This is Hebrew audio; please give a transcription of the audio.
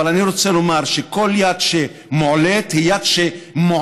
אבל אני רוצה לומר שכל יד שמועלית היא יד שמועלת,